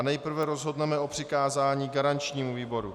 Nejprve rozhodneme o přikázání garančnímu výboru.